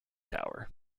tower